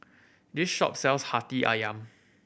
this shop sells Hati Ayam